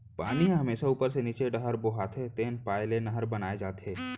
पानी ह हमेसा उप्पर ले नीचे डहर बोहाथे तेन पाय ले नहर बनाए जाथे